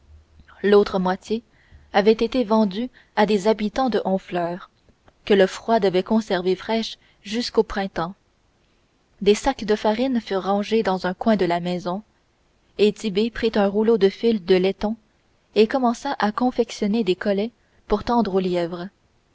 grasse lautre moitié avait été vendue à des habitants de honfleur que le froid devait conserver fraîche jusqu'au printemps des sacs de farine furent rangés dans un coin de la maison et tit'bé prit un rouleau de fil de laiton et commença à confectionner des collets pour tendre aux lièvres